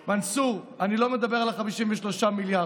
מנסור, אני לא מדבר על ה-53 מיליארד,